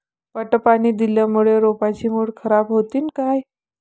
पट पाणी दिल्यामूळे रोपाची मुळ खराब होतीन काय?